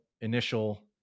initial